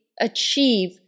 achieve